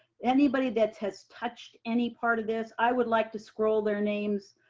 anybody that's has touched any part of this, i would like to scroll their names